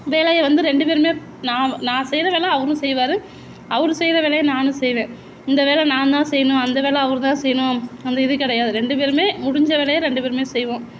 வேலையை வந்து ரெண்டு பேரும் நா நான் செய்கிற வேலை அவரும் செய்வாரு அவர் செய்கிற வேலையை நானும் செய்வேன் இந்த வேலை நான்தான் செய்யணும் அந்த வேலை அவர் தான் செய்யணும் அந்த இது கிடையாது ரெண்டு பேருமே முடிஞ்ச வேலையை ரெண்டு பேரும் செய்வோம்